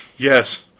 yes,